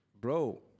bro